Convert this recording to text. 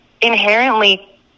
inherently